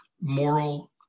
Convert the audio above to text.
moral